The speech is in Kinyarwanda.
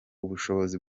ubushobozi